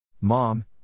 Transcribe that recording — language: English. Mom